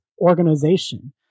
organization